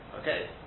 Okay